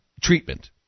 treatment